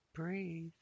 Breathe